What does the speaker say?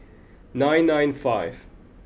nine nine five